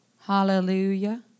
Hallelujah